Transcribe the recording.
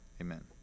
Amen